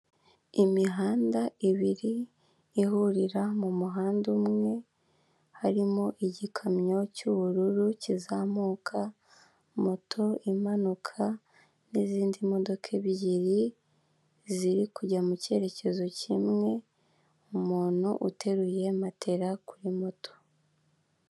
Imihanda ibiri ihurira mu muhanda umwe, harimo igikamyo cy'ubururu kizamuka, moto impanuka, n'izindi modoka ebyiri ziri kujya mu cyerekezo kimwe, umuntu uteruye matera kuri moto.